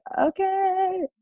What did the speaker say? okay